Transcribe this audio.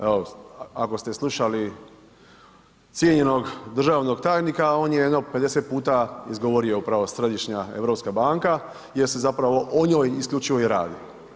Evo ako ste slušali cijenjenog državnog tajnika, on je jedno 50 puta izgovorio upravo Središnja europska banka jer se zapravo o njoj isključivo o radi.